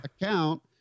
account